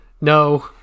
no